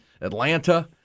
Atlanta